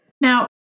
Now